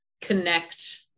connect